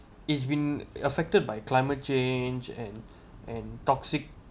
it's been affected by climate change and and toxic